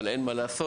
אבל אין מה לעשות.